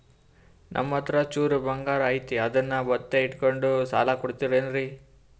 ನಮ್ಮಹತ್ರ ಚೂರು ಬಂಗಾರ ಐತಿ ಅದನ್ನ ಒತ್ತಿ ಇಟ್ಕೊಂಡು ಸಾಲ ಕೊಡ್ತಿರೇನ್ರಿ?